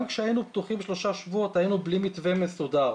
גם כשהיינו פתוחים לשלושה שבועות היינו בלי מתווה מסודר.